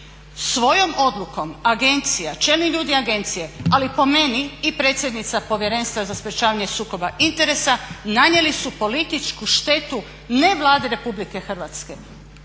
Svojom odlukom agencija, čelni ljudi agencije, ali po meni i predsjednica Povjerenstva za sprječavanje sukoba interesa nanijeli su političku štetu ne Vladi RH, nego svima